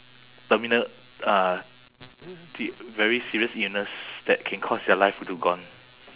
terminal uh t~ very serious illness that can cause their life to gone